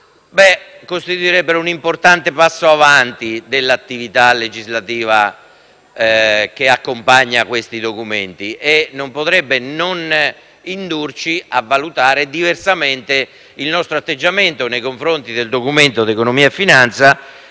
costituirebbero un importante passo in avanti dell'attività legislativa che accompagna questi documenti. Ciò non potrebbe non indurci ad assumere un diverso atteggiamento nei confronti del Documento di economia e finanza